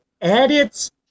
edits